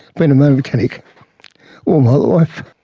being a motor mechanic all my life,